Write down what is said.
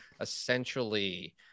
Essentially